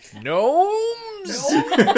Gnomes